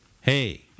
hey